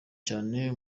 cane